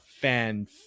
fan